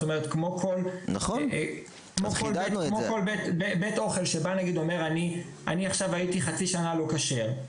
זאת אומרת כמו כל בית אוכל שבא ואומר: אני עכשיו הייתי חצי שנה לא כשר,